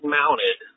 mounted